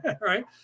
right